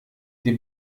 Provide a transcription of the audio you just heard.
die